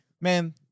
man